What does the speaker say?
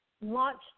launched